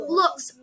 looks